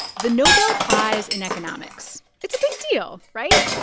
the nobel prize in economics it's a big deal, right?